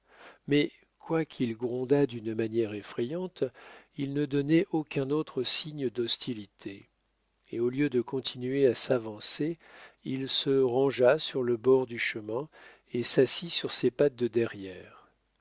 mais quoiqu'il grondât d'une manière effrayante il ne donnait aucun autre signe d'hostilité et au lieu de continuer à s'avancer il se rangea sur le bord du chemin et s'assit sur ses pattes de derrière